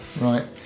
right